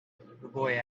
boy